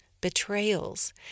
betrayals